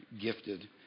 gifted